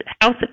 house